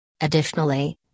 Additionally